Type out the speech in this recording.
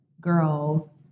girl